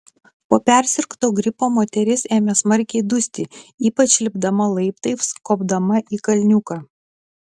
po persirgto gripo moteris ėmė smarkiai dusti ypač lipdama laiptais kopdama į kalniuką